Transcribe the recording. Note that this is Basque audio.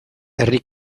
herri